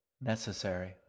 Necessary